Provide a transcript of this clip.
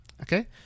Okay